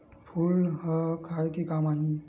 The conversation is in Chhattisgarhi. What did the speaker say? फूल ह खाये के काम आही?